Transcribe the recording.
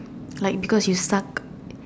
like because you suck